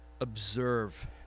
observe